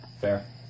Fair